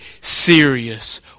serious